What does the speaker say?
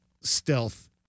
stealth